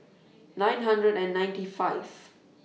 nine hundred and ninety five